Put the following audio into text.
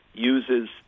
uses